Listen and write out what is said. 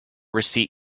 receipt